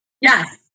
Yes